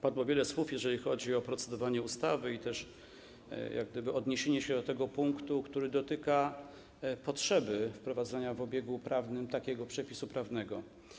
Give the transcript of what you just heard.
Padło wiele słów, jeżeli chodzi o procedowanie ustawy i odniesienie się do tego punktu, który dotyka potrzeby wprowadzania w obieg prawny takiego przepisu prawnego.